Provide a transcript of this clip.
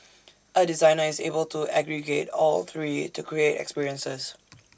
A designer is able to aggregate all three to create experiences